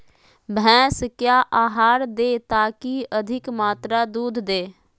भैंस क्या आहार दे ताकि अधिक मात्रा दूध दे?